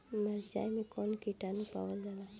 मारचाई मे कौन किटानु पावल जाला?